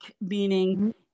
meaning